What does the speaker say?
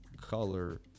color